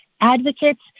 advocates